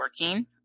working